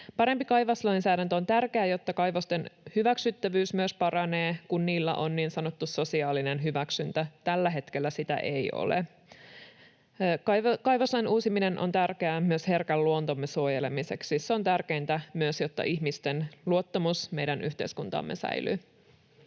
Parempi kaivoslainsäädäntö on tärkeä, jotta myös kaivosten hyväksyttävyys paranee, kun niillä on niin sanottu sosiaalinen hyväksyntä. Tällä hetkellä sitä ei ole. Kaivoslain uusiminen on tärkeää myös herkän luontomme suojelemiseksi. Se on tärkeintä, myös jotta ihmisten luottamus meidän yhteiskuntaamme säilyy.